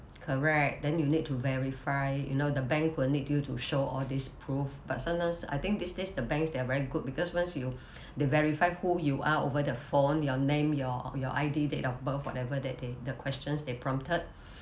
correct then you need to verify you know the bank will need you to show all these proof but sometimes I think these days the banks they are very good because once you they verify who you are over the phone your name your your I_D date of birth whatever that they the questions they prompted